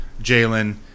Jalen